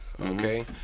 Okay